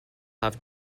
have